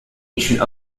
ancient